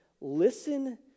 listen